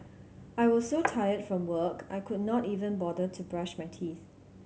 I was so tired from work I could not even bother to brush my teeth